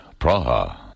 Praha